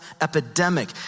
epidemic